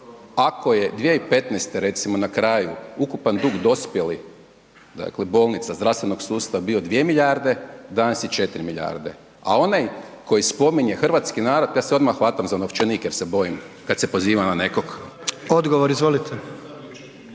Ako je 2015., recimo na kraju, ukupan dug dospjeli, dakle bolnica, zdravstvenog sustava bio 2 milijarde danas je 4 milijarde. A onaj koji spominje hrvatski narod, ja se odmah hvatam za novčanik jer se bojim kada se pozivam na nekog. **Jandroković,